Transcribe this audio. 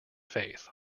faith